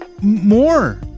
more